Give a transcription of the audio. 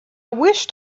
wished